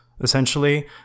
essentially